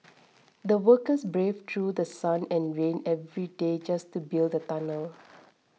the workers braved through The Sun and rain every day just to build the tunnel